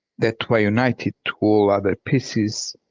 that were united to all other pieces,